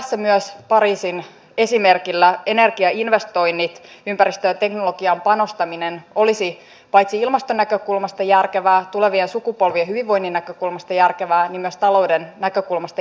tässä myös pariisin esimerkillä ympäristöön ja teknologiaan panostaminen energiainvestoinnit olisi paitsi ilmaston näkökulmasta järkevää tulevien sukupolvien hyvinvoinnin näkökulmasta järkevää myös talouden näkökulmasta järkevää